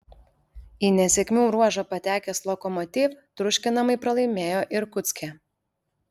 į nesėkmių ruožą patekęs lokomotiv triuškinamai pralaimėjo irkutske